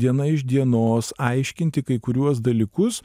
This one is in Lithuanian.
diena iš dienos aiškinti kai kuriuos dalykus